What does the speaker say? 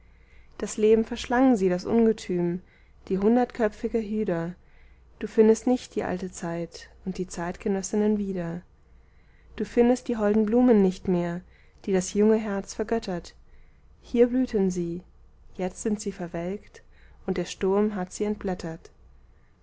das leben verschlang sie das ungetüm die hundertköpfige hyder du findest nicht die alte zeit und die zeitgenössinnen wieder du findest die holden blumen nicht mehr die das junge herz vergöttert hier blühten sie jetzt sind sie verwelkt und der sturm hat sie entblättert